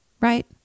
right